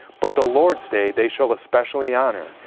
but the lord's day they shall especially honour,